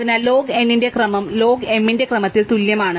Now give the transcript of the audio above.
അതിനാൽ log n ന്റെ ക്രമം ലോഗ് m ന്റെ ക്രമത്തിന് തുല്യമാണ്